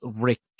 Rick